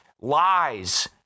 lies